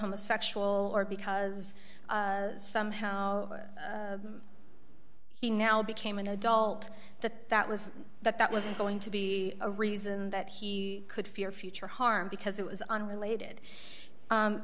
homo sexual or because somehow he now became an adult that that was that that wasn't going to be a reason that he could fear future harm because it was on related